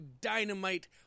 Dynamite